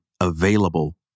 available